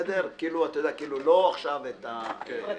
כאילו לא עכשיו את הפרטים.